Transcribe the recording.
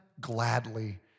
gladly